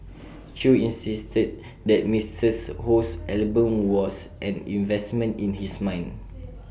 chew insisted that Ms Ho's album was an investment in his mind